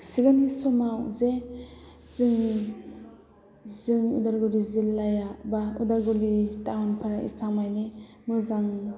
सिगांनि समाव जे जोंनि जों उदालगुरी जिल्लाया बा उदालगुरी टाउनफोरा एसेबां माने मोजां